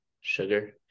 sugar